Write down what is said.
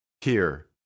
Here